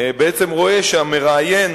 רואה שהמראיין